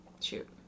Shoot